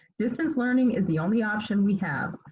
distance learning is the only option we have.